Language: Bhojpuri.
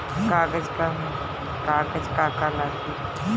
कागज का का लागी?